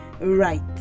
right